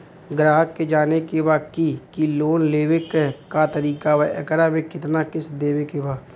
ग्राहक के जाने के बा की की लोन लेवे क का तरीका बा एकरा में कितना किस्त देवे के बा?